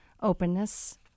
openness